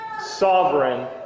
sovereign